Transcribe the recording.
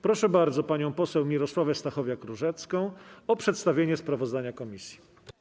Proszę bardzo panią poseł Mirosławę Stachowiak-Różecką o przedstawienie sprawozdania komisji.